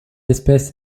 espèce